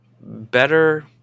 Better